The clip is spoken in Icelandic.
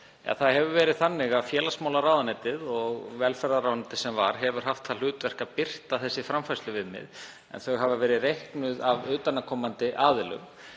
Það hefur verið þannig að félagsmálaráðuneytið og velferðarráðuneytið sem var, hafa haft það hlutverk að birta þessi framfærsluviðmið, en þau hafa verið reiknuð af utanaðkomandi aðilum.